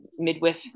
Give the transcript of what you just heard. midwif